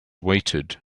waited